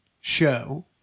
show